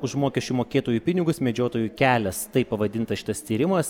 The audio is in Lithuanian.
už mokesčių mokėtojų pinigus medžiotojų kelias taip pavadintas šitas tyrimas